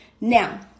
Now